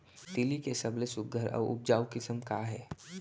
तिलि के सबले सुघ्घर अऊ उपजाऊ किसिम का हे?